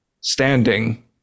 standing